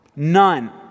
None